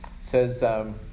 says